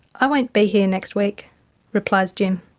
i won't be here next week replies jim.